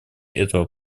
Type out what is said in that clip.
этого